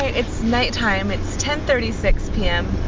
it's nighttime. it's ten thirty six p m,